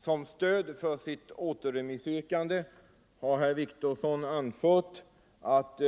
Som stöd för det yrkandet har herr Wictorsson anfört att